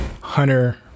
Hunter